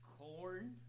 Corn